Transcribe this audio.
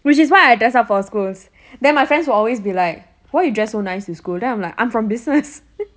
which is why I dress up for schools then my friends will always be like why you dress so nice to school then I'm like I'm from business